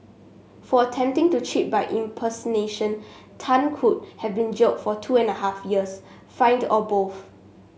for attempting to cheat by impersonation Tan could have been jailed for two and a half years fined or both